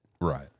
Right